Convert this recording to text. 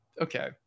okay